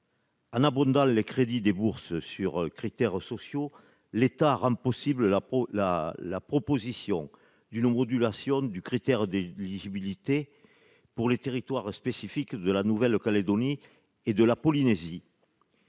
En abondant les crédits des bourses sur critères sociaux, l'État rend possible la proposition d'une modulation des critères d'éligibilité pour les territoires spécifiques de la Nouvelle-Calédonie et de la Polynésie,